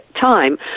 time